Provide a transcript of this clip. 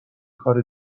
کار